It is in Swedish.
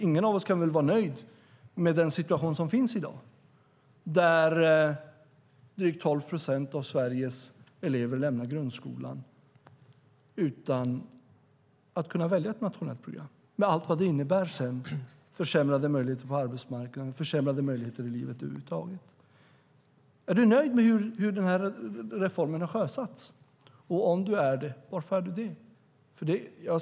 Ingen av oss kan väl vara nöjd med situationen i dag, med att drygt 12 procent av Sveriges elever lämnar grundskolan utan att kunna välja ett nationellt program, med allt vad det sedan innebär i form av försämrade möjligheter på arbetsmarknaden och i livet över huvud taget. Är du nöjd med hur den här reformen sjösatts? Och om du är nöjd, varför är du då det?